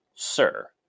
Sir